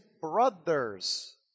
brothers